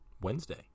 Wednesday